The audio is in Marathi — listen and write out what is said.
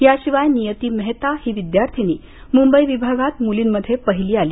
याशिवाय नियती मेहता ही विद्यार्थीनी मुंबई विभागात मुलींमध्ये पहिली आली